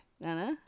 Nana